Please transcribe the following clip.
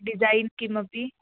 design किमपि